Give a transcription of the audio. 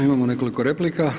Imamo nekoliko replika.